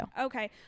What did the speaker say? Okay